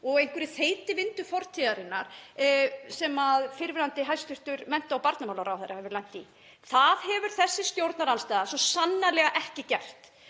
og einhverri þeytivindu fortíðarinnar sem fyrrverandi hæstv. mennta- og barnamálaráðherra hefur lent í. Það hefur þessi stjórnarandstaða svo sannarlega ekki gert.